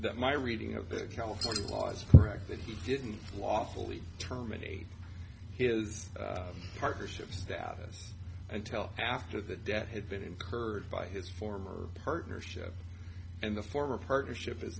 that my reading of the calipers was correct that he didn't lawfully terminate is partnership status until after the debt had been incurred by his former partnership and the former partnership is